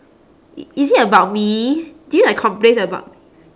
i~ is it about me did you like complain about